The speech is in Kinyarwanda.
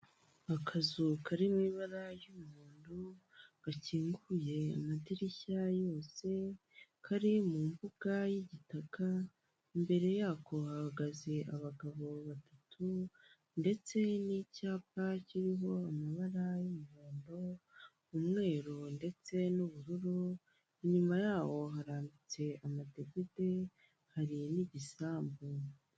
Akazu kari mu ibara ry'umuhondo, gakinguye amadirishya yose, kari mu mbuga y'igitaka, imbere yako hahagaze abagabo batatu, ndetse n'icyapa kiriho amabara y'umuhondo, umweru ndetse n'ubururu; inyuma yaho harambitse amadegede, hari n'igisambu.